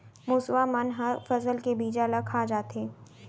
मुसवा मन ह फसल के बीजा ल खा जाथे